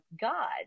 God